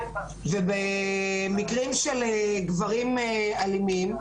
ובמקרים של גברים אלימים,